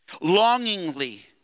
longingly